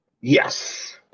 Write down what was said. Yes